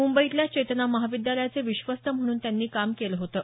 मुंबईतल्या चेतना महाविद्यालयाचे विश्वस्त म्हणून त्यांनी काम केलं होतं